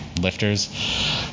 lifters